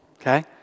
okay